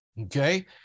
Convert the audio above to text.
Okay